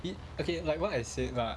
it okay like what I said lah